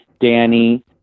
danny